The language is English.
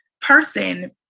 person